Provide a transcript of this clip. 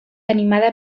animada